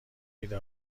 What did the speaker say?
ایده